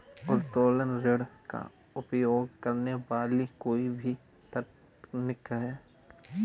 उत्तोलन ऋण का उपयोग करने वाली कोई भी तकनीक है